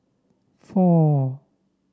four